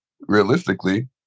realistically